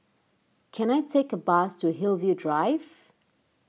can I take a bus to Hillview Drive